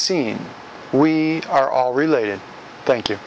seen we are all related thank you